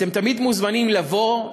אתם תמיד מוזמנים לבוא,